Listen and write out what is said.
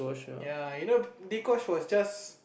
ya you know Dee-Kosh was just